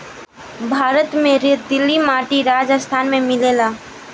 भारत में रेतीली माटी राजस्थान में मिलेला